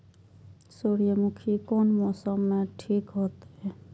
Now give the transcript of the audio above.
सूर्यमुखी कोन मौसम में ठीक होते?